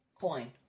coin